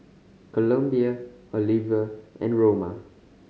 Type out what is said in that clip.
Columbia Oliver and Roma